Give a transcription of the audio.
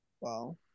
wow